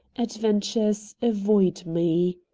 adventures avoid me.